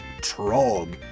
Trog